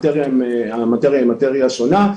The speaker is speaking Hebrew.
המטריה היא מטריה שונה.